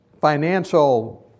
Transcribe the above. financial